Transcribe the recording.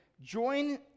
join